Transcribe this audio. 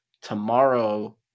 tomorrow